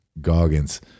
Goggins